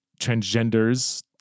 transgenders